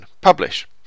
publish